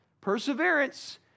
perseverance